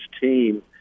team